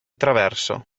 traverso